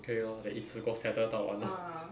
mm 可以 lor then 一次过 settle 到完 lor